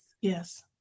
Yes